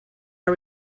are